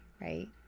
right